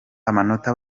amanota